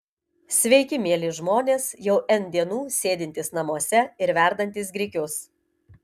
sveiki mieli žmonės jau n dienų sėdintys namuose ir verdantys grikius